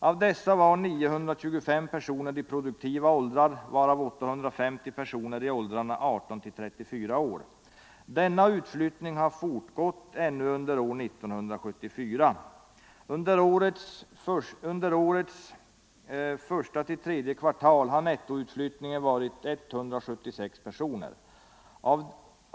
Av dessa var 925 personer i produktiva åldrar, varav 850 personer i åldrarna 18-34 år. Denna utflyttning har fortgått ännu under år 1974. Under årets 1-3 kvartal har nettoutflyttningen varit 176 personer.